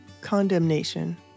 condemnation